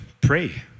pray